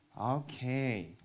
okay